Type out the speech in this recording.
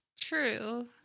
True